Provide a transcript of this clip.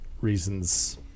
reasons